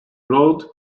road